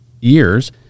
years